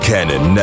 Cannon